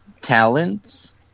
talents